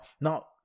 Now